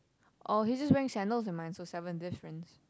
oh he just wearing sandals in mine so seven difference